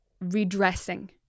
redressing